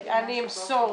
אני לא קיבלתי אישור לזה,